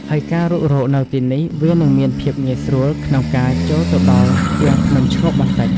ហើយការរុករកនៅទីនេះវានឹងមានភាពងាយស្រួលក្នុងការចូលទៅដល់ជាងភ្នំឈ្ងោកបន្តិច។